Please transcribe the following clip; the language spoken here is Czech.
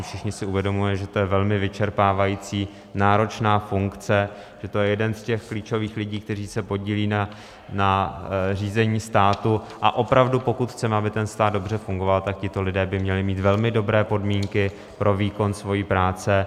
Všichni si uvědomujeme, že to je velmi vyčerpávající, náročná funkce, že to je jeden z klíčových lidí, kteří se podílejí na řízení státu, a opravdu pokud chceme, aby ten stát dobře fungoval, tak tito lidé by měli mít velmi dobré podmínky pro výkon svojí práce.